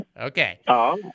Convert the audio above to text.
Okay